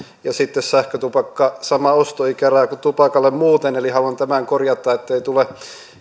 ja sitten sähkötupakkaan sama ostoikäraja kuin tupakalle muuten eli haluan tämän korjata ettei tule